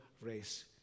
race